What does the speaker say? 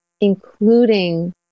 including